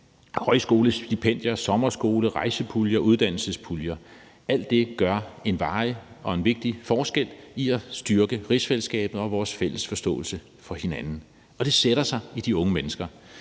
højskolestipendier, sommerskoler, rejsepuljer og uddannelsespuljer. Alt det gør en varig og vigtig forskel i forhold til at styrke rigsfællesskabet og vores fælles forståelse for hinanden. Det sætter sig i de unge mennesker.